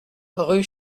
rue